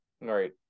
Right